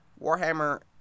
Warhammer